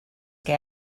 que